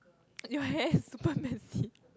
you hair is super messy